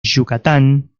yucatán